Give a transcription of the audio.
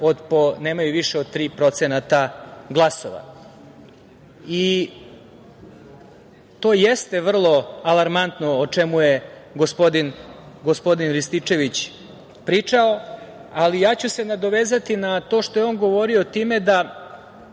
nijedna, od tri procenta glasova. To jeste vrlo alarmantno o čemu je gospodin Rističević pričao, ali ja ću se nadovezati na to što je on govorio time da